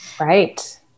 Right